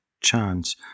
chance